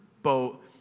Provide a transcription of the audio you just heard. Boat